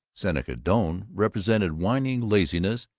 seneca doane represented whining laziness,